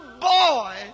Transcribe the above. boy